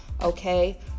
okay